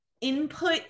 input